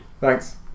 thanks